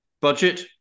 Budget